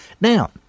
Now